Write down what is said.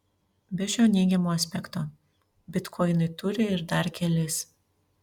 be šio neigiamo aspekto bitkoinai turi ir dar kelis